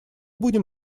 будем